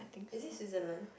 is it Switzerland